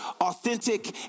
authentic